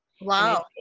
wow